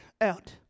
out